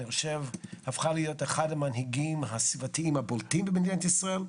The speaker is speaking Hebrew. אני חושב הפכה להיות אחד המנהיגים הסביבתיים הבולטים במדינת ישראל.